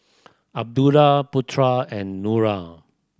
Abdullah Putra and Nura